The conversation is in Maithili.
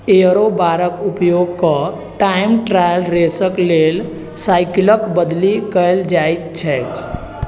एयरो बारक उपयोग कऽ टाइम ट्रायल रेसक लेल साइकिलक बदली कएल जाइत छैक